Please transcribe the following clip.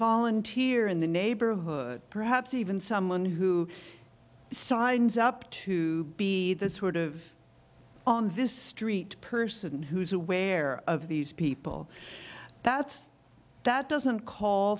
volunteer in the neighborhood perhaps even someone who signs up to be the sort of on this street person who is aware of these people that's that doesn't call